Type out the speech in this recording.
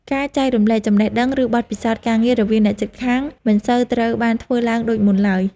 ការចែករំលែកចំណេះដឹង ឬបទពិសោធន៍ការងាររវាងអ្នកជិតខាងមិនសូវត្រូវបានធ្វើឡើងដូចមុនឡើយ។